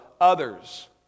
others